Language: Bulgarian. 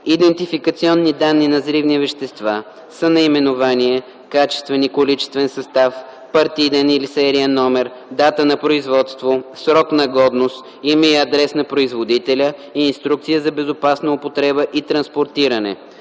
„Идентификационни данни на взривни вещества” са наименование, качествен и количествен състав, партиден или сериен номер, дата на производство, срок на годност, име и адрес на производителя и инструкция за безопасна употреба и транспортиране.